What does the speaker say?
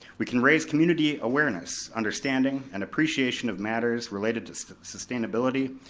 we can raise community awareness, understanding, and appreciation of matters related to sustainability,